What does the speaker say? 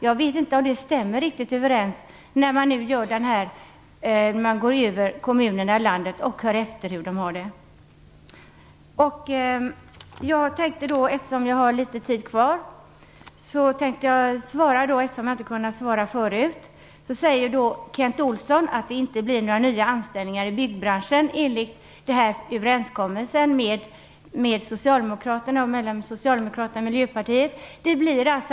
Jag vet inte om det riktigt stämmer, när man hör efter hur kommunerna i landet har det. Eftersom jag har litet tid kvar, tänkte jag svara på sådant jag inte har kunnat svara på tidigare. Kent Olsson säger att det inte blir några nya anställningar i byggbranschen med överenskommelsen mellan Socialdemokraterna och Miljöpartiet. Det blir det.